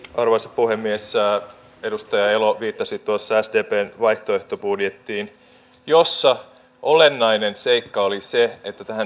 arvoisa puhemies edustaja elo viittasi tuossa sdpn vaihtoehtobudjettiin jossa olennainen seikka oli se että